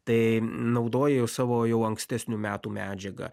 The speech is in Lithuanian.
tai naudoju savo jau ankstesnių metų medžiagą